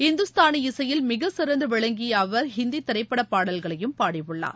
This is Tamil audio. இந்துஸ்தானி இசையில் மிகச்சிறந்து விளங்கிய அவர் ஹிந்தி திரைப்படப் பாடல்களையும் பாடியுள்ளார்